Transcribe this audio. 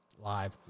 live